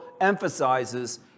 emphasizes